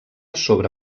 sobre